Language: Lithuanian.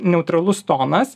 neutralus tonas